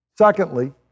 Secondly